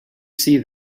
see